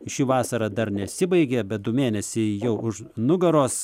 ši vasara dar nesibaigė bet du mėnesiai jau už nugaros